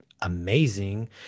amazing